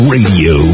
Radio